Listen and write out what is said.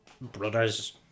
Brothers